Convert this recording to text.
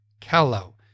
Callow